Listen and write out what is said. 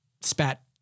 spat